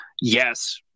Yes